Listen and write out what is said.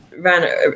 ran